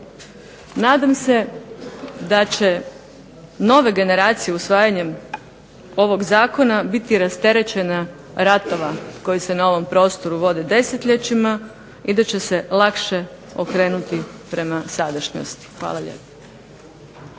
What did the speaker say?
Nadam se da će nove generacije usvajanjem ovog zakona biti rasterećene ratova koji se na ovom prostoru vode desetljećima i da će se lakše okrenuti prema sadašnjosti. Hvala lijepo.